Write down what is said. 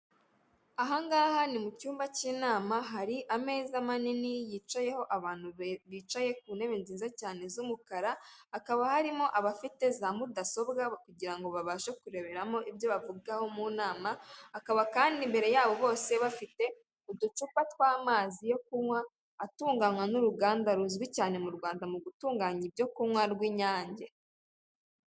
Aha ngaha ni mu cyumba cy'inama, hari ameza manini yicayeho abantu bicaye ku ntebe nziza cyane z'umukara, hakaba harimo abafite za mudasobwa kugira ngo babashe kureberamo ibyo bavugaho mu nama, hakaba kandi imbere yabo bose bafite uducupa tw'amazi yo kunywa atunganywa n'uruganda ruzwi cyane mu Rwanda mu gutunganya ibyo kunywa rw'Inyange.